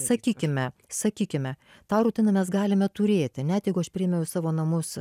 sakykime sakykime tą rutiną mes galime turėti net jeigu aš priėmiau į savo namus